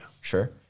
sure